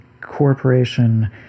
corporation